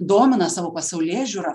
domina savo pasaulėžiūra